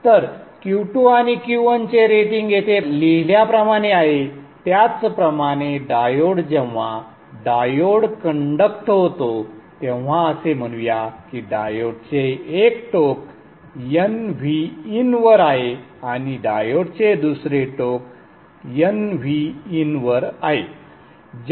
तर Q2 आणि Q1 चे रेटिंग येथे लिहिल्याप्रमाणे आहे त्याचप्रमाणे डायोड जेव्हा डायोड कंडक्ट होतो तेव्हा असे म्हणूया की डायोडचे एक टोक nVin वर आहे आणि डायोडचे दुसरे टोक nVin वर आहे